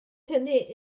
tynnu